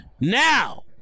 Now